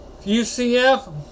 UCF